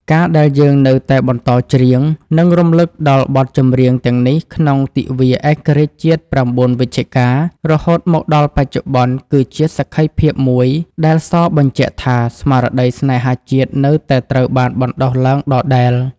ការដែលយើងនៅតែបន្តច្រៀង និងរំលឹកដល់បទចម្រៀងទាំងនេះក្នុងទិវាឯករាជ្យជាតិ ៩ វិច្ឆិកា រហូតមកដល់បច្ចុប្បន្ន គឺជាសក្ខីភាពមួយដែលសបញ្ជាក់ថា ស្មារតីស្នេហាជាតិនៅតែត្រូវបានបណ្តុះឡើងដដែល។